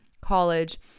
college